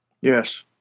Yes